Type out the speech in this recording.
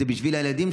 זה בשביל הילדים,